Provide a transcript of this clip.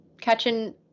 catching